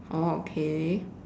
oh okay